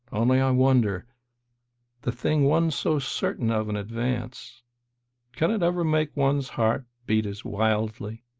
only, i wonder the thing one's so certain of in advance can it ever make one's heart beat as wildly?